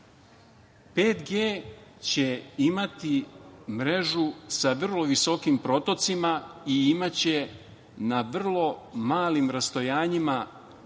5G će imati mrežu sa vrlo visokim protocima i imaće na vrlo malim rastojanjima bazne